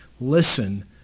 Listen